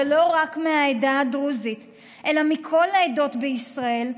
ולא רק מהעדה הדרוזית אלא מכל העדות בישראל,